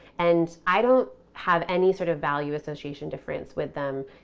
and i don't have any sort of value association difference with them,